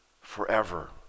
forever